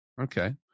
Okay